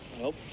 Nope